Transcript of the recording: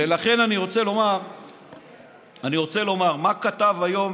ולכן אני רוצה לומר מה כתב היום,